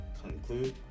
conclude